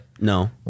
No